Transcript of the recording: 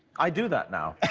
i do that now.